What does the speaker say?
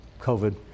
COVID